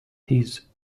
his